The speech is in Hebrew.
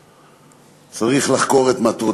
אנחנו,